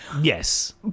Yes